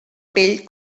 pell